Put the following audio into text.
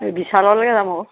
এই বিশাললৈকে যাম আকৌ